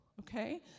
okay